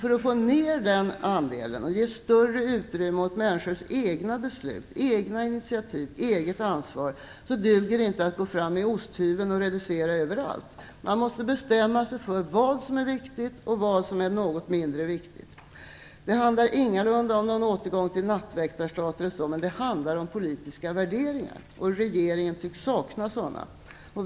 För att få ner den andelen och ge större utrymme åt människors egna beslut, egna initiativ och eget ansvar duger det inte att gå fram med osthyveln och reducera överallt. Man måste bestämma sig för vad som är viktigt och vad som är något mindre viktigt. Det handlar ingalunda om någon återgång till nattväktarstaten eller så, utan det handlar om politiska värderingar. Regeringen tycks sakna sådana.